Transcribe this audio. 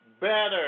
better